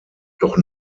doch